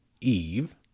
Eve